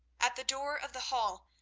at the door of the hall,